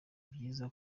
byiza